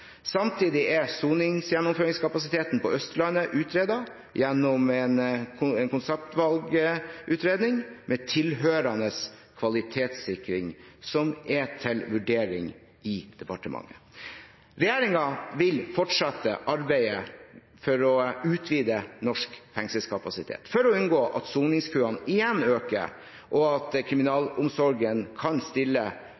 Samtidig er soningsgjennomføringskapasiteten på Østlandet utredet gjennom en konseptvalgutredning med tilhørende kvalitetssikring, som er til vurdering i departementet. Regjeringen vil fortsette arbeidet med å utvide norsk fengselskapasitet for å unngå at soningskøene igjen øker, og for at